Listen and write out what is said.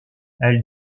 elle